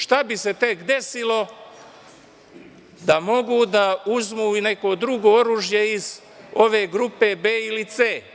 Šta bi se tek desilo da mogu da uzmu i neko drugo oružje iz ove grupe B ili C?